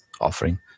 offering